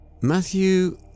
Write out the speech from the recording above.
Matthew